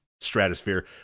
stratosphere